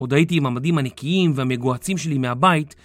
עוד הייתי עם המדים הנקיים והמגוהצים שלי מהבית